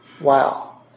wow